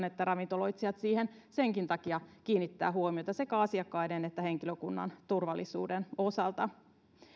että ravintoloitsijat siihen senkin takia kiinnittävät huomiota sekä asiakkaiden että henkilökunnan turvallisuuden osalta